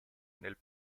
nel